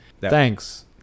thanks